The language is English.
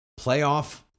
Playoff